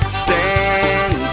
stand